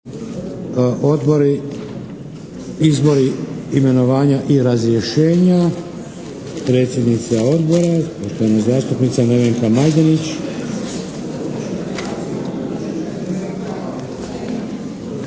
(HDZ)** Izbori, imenovanja i razrješenja. Predsjednica Odbora, poštovana zastupnica Nevenka Majdenić.